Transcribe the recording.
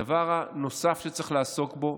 הדבר הנוסף שצריך לעסוק בו,